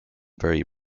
very